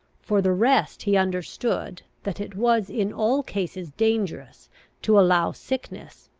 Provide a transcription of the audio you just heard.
for the rest he understood, that it was in all cases dangerous to allow sickness,